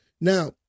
Now